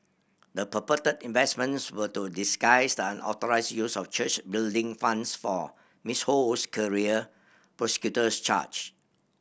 the purported investments were to disguise the unauthorised use of church building funds for Miss Ho's career prosecutors charge